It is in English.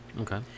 Okay